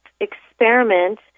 experiment